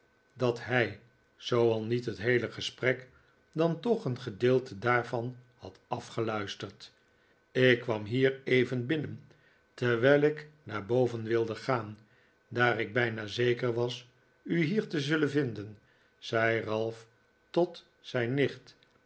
dat hij zooal niet het heele gesprek dan toch een gedeelte daarvan had afgeluisterd ik kwam hier even binnen terwijl ik naar boven wilde gaan daar ik bijna zeker was u hier te zullen vinden zei ralph tot zijn nicht